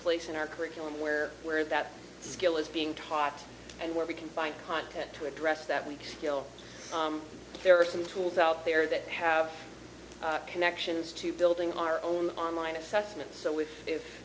place in our curriculum where where that skill is being taught and where we can find content to address that we still there are some tools out there that have connections to building our own online assessments so